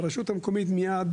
והרשות המקומית מיד